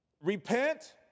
Repent